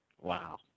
Wow